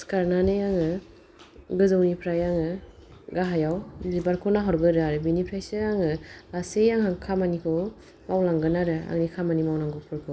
सिखारनानै आङो गोजौनिफ्राय आङो गाहायाव बिबारखौ नाहरगोरो आरो बिनिफ्रायसो आङो गासै आंहा खामानिखौ मावलांगोन आरो आंनि खामानि मावनांगौफोरखौ